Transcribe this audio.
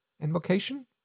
invocation